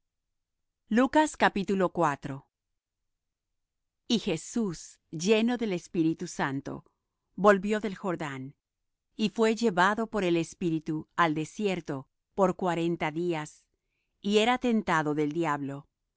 dios y jesus lleno del espíritu santo volvió del jordán y fué llevado por el espíritu al desierto por cuarenta días y era tentado del diablo